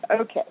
Okay